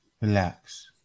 Relax